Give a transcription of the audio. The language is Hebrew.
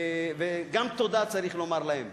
גם תודה צריך לומר להם.